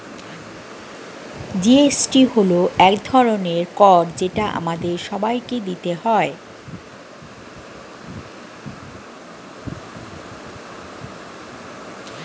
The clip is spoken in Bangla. জি.এস.টি হল এক ধরনের কর যেটা আমাদের সবাইকে দিতে হয়